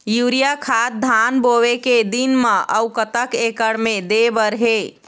Urea खाद धान बोवे के दिन म अऊ कतक एकड़ मे दे बर हे?